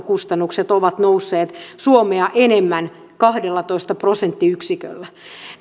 kustannukset ovat nousseet suomea enemmän kahdellatoista prosenttiyksiköllä